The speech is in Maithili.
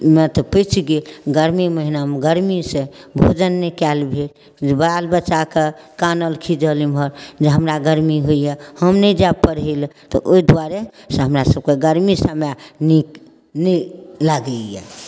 मे तऽ पचि गेल गरमी महिनामे गरमीसँ भोजन नहि कएल भेल बालबच्चाके कानल खिजल एम्हर जे हमरा गरमी होइए हम नहि जाएब पढ़ैलए तऽ ओहिदुआरे से हमरासभके गरमी समय नीक नहि लागैए